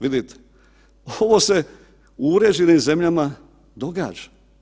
Vidite, ovo se u uređenim zemljama događa.